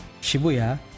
Shibuya